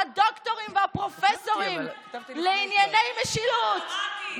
הדוקטורים והפרופסורים לענייני משילות,